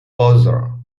bother